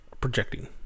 projecting